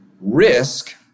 Risk